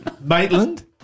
Maitland